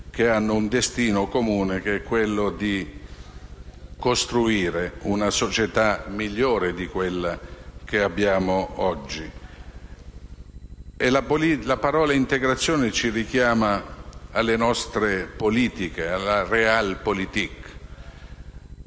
che hanno un destino comune: costruire una società migliore di quella in cui viviamo oggi. La parola «integrazione» ci richiama alle nostre politiche, alla *Realpolitik*.